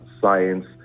science